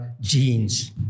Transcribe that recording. genes